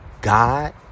God